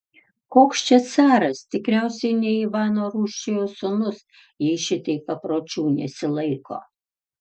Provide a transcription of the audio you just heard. koks čia caras tikriausiai ne ivano rūsčiojo sūnus jei šitaip papročių nesilaiko